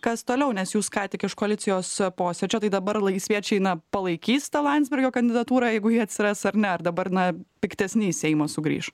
kas toliau nes jūs ką tik iš koalicijos posėdžio tai dabar laisviečiai na palaikys tą landsbergio kandidatūrą jeigu ji atsiras ar ne ar dabar na piktesni į seimą sugrįš